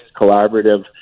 collaborative